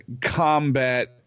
combat